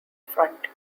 front